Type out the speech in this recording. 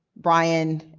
brian,